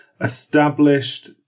established